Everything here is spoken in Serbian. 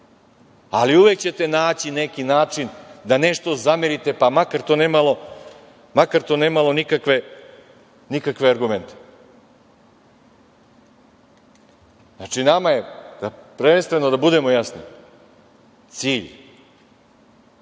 ali uvek ćete naći neki način da nešto zamerite, makar to nemalo nikakve argumente. Znači, nama je, prvenstveno da budemo jasni cilj